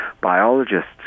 biologists